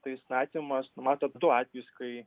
tai įstatymas numato du atvejus kai